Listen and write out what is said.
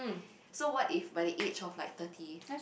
so what if by the age of like thirty